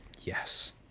Yes